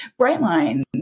Brightline